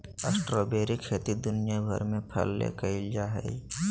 strawberry के खेती दुनिया भर में फल ले कइल जा हइ